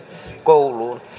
kouluun